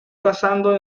cazando